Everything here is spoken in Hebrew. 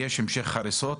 ויש המשך הריסות,